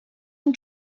and